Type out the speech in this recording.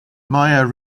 meyer